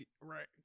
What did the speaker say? right